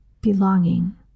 belonging